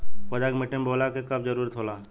पौधा के मिट्टी में बोवले क कब जरूरत होला